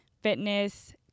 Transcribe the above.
fitness